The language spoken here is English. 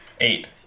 eight